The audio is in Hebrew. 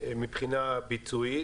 מבחינה ביצועית.